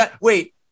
Wait